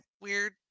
weird